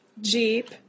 Jeep